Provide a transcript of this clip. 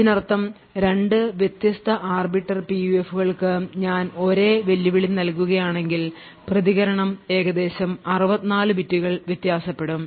ഇതിനർത്ഥം 2 വ്യത്യസ്ത ആർബിറ്റർ പിയുഎഫുകൾക്ക് ഞാൻ ഒരേ വെല്ലുവിളി നൽകുകയാണെങ്കിൽ പ്രതികരണം ഏകദേശം 64 ബിറ്റുകൾ വ്യത്യാസപ്പെടും